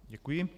Děkuji.